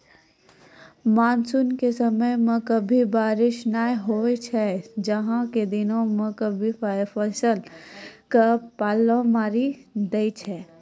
monsoon के समय मॅ कभी बारिश नाय होय छै, जाड़ा के दिनों मॅ कभी फसल क पाला मारी दै छै